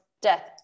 death